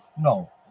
No